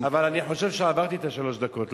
אבל אני חושב שעברתי את שלוש הדקות,